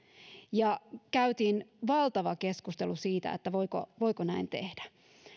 ja käytiin valtava keskustelu siitä voiko voiko näin tehdä